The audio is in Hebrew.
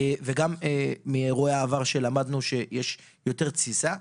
וגם מאירועי העבר שלמדנו שיש יותר תסיסה,